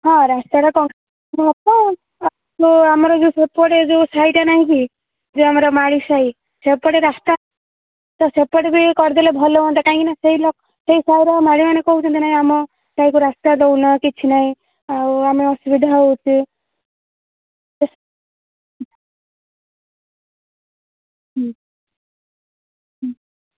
ହଁ ରାସ୍ତାଟା କ ହେବ ଆଉ ଆମର ଯୋଉ ସେପଟେ ଯୋଉ ସାହିଟା ନାହିଁ କି ଯୋଉ ଆମର ମାଳୀ ସାହି ସେପଟେ ରାସ୍ତା ସେପଟେ ବି କରିଦେଲେ ବି ଭଲ ହୁଅନ୍ତା କାହିଁକି ନା ସେଇ ଲୋକ ସେଇ ସାହିର ମାଳୀମାନେ କହୁଛନ୍ତି ଆମ ସାହି କି ରାସ୍ତା ଦେଉନ କିଛି ନାହିଁ ଆଉ ଆମେ ଅସୁବିଧା ହେଉଛି ଏ ହୁଁ ହୁଁ